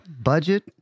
Budget